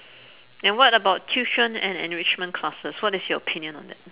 and what about tuition and enrichment classes what is your opinion on that